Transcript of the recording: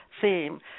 theme